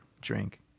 drink